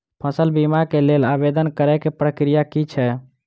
फसल बीमा केँ लेल आवेदन करै केँ प्रक्रिया की छै?